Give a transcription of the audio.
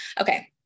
okay